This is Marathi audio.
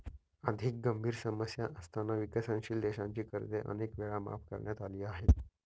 अधिक गंभीर समस्या असताना विकसनशील देशांची कर्जे अनेक वेळा माफ करण्यात आली आहेत